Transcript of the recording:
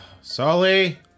Sully